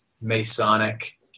Masonic